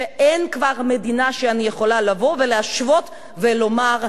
שאין כבר מדינה שאני יכולה להשוות ולומר,